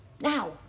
now